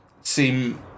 seem